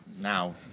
now